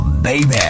Baby